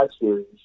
series